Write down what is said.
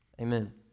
Amen